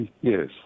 Yes